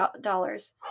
dollars